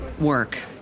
work